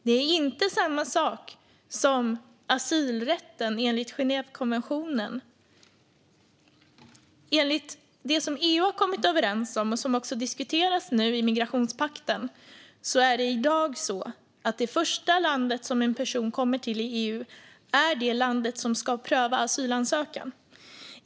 Det är inte samma sak som asylrätten enligt Genèvekonventionen. Enligt det som EU har kommit överens om, och som nu också diskuteras i migrationspakten, är det i dag så att det första land som en person kommer till i EU är det land som ska pröva asylansökan.